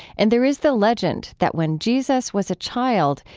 and there is the legend that when jesus was a child,